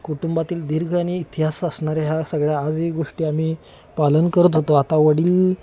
कुटुंबातील दीर्घ आ आणि इतिहास असणाऱ्या ह्या सगळ्या आजही गोष्टी आम्ही पालन करत होतो आता वडील